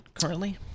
currently